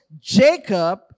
Jacob